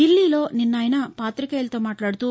దిల్లీలో నిన్న ఆయన పాతికేయులతో మాట్లాడుతూ